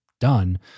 done